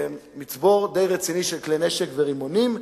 מצבור די רציני של כלי נשק ורימונים.